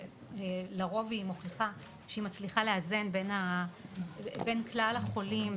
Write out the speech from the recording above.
לרוב היא מוכיחה שהיא מצליחה לאזן בין כלל החולים,